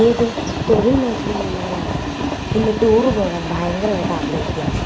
ഏത് തൊഴിൽ മേഖലയിലുള്ളവരായാലും ഇന്ന് ടൂറ് പോകാൻ ഭയങ്കരമായിട്ട് ആഗ്രഹിക്കുകയാണ്